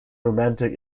romantic